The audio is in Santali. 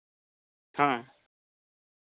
ᱦᱮᱸ